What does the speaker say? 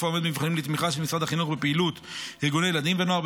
העומד במבחנים לתמיכה של משרד החינוך בפעילות ארגוני ילדים ונוער,